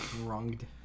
Wronged